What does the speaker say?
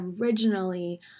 originally